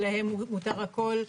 שלה מותר הכול,